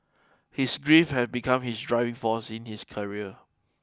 his grief had become his driving force in his career